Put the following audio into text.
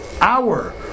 hour